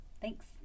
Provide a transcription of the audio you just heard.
Thanks